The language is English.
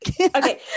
Okay